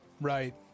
right